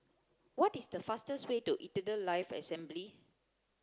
what is the fastest way to Eternal Life Assembly